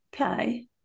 okay